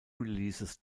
releases